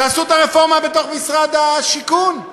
תעשו את הרפורמה בתוך משרד השיכון,